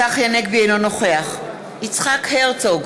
אינו נוכח יצחק הרצוג,